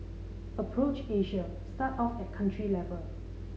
approach Asia start off at country level